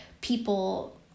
people